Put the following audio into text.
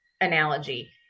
analogy